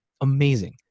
amazing